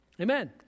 Amen